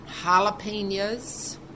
jalapenos